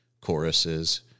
choruses